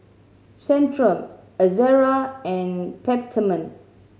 Centrum Ezerra and Peptamen